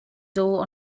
door